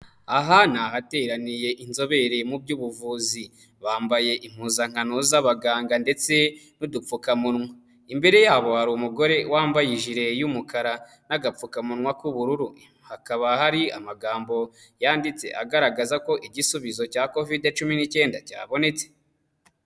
Aha ni hateraniye inzobere mu by'ubuvuzi, bambaye impuzankano z'abaganga ndetse n'udupfukamunwa, imbere yabo hari umugore wambaye ijire y'umukara n'agapfukamunwa k'ubururu, hakaba hari amagambo yanditse agaragaza ko igisubizo cya Kovide cumi n'icyenda cyabonetse.